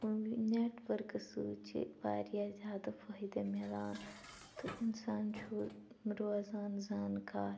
net ؤرکہٕ سۭتۍ چھِ واریاہ زیادٕ فٲیدٕ میلان تہٕ اِنسان چھُ روزان زٲنۍ کار